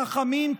החכמים,